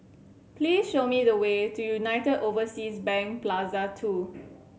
please show me the way to United Overseas Bank Plaza Two